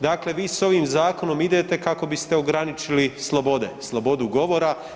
Dakle, vi s ovim zakonom idete kako biste ograničili slobode, slobodu govora.